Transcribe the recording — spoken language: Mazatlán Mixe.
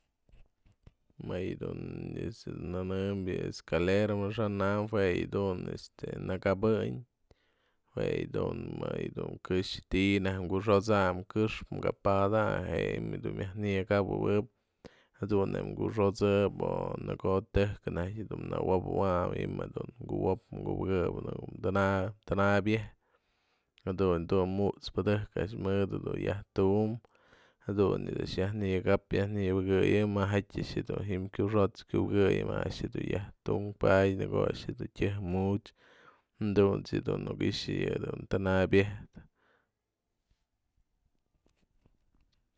Më yë dun ejt's dun nënëm escalera amaxa'an am jue yë dun este nakapëndy, jue yë dun më yë dun këxë ti'i naj kuxo'ota'any kë'ëxpë kä padanyë je yë dun myajnënëkapëwëp jadun je mkuxo'osëp o në ko'o tëjk najty dun nëwopëwayn ji'im dun kuwo'op kubëkëp dun tänapyejtë jadun yë dun mut´spëdëjk a'ax mëdë dun yajtum jadun a'ax dun yajnënëkap yaj nëbëkëyë majaty a'ax dun kyuxo'ots kyubëkëyë ma a'ax dun yajtu'unpadyë në ko'o a'ax dun tëjkmuch jadunt's dun nuk i'ixä yëdun tanabyëjty.